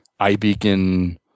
iBeacon